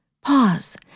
Pause